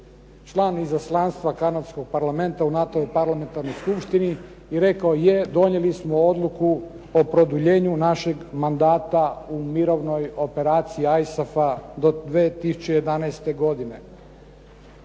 član izaslanstva kanadskog parlamenta u NATO parlamentarnoj skupštini i rekao je, donijeli smo odluku o produljenju našeg mandata u mirovnoj operaciji ISAF do 2011. godine.